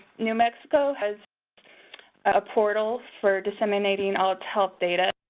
new mexico has a portal for disseminating all health data.